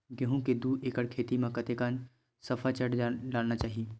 गेहूं के दू एकड़ खेती म कतेकन सफाचट डालना चाहि?